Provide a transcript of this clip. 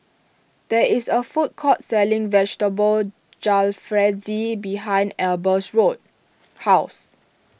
there is a food court selling Vegetable Jalfrezi behind Eber's road house